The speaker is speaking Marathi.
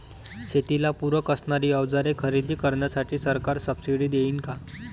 शेतीला पूरक असणारी अवजारे खरेदी करण्यासाठी सरकार सब्सिडी देईन का?